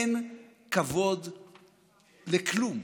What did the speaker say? אין כבוד לכלום.